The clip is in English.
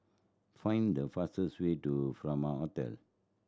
find the fastest way to Furama Hotel